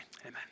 amen